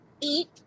eat